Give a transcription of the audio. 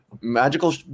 magical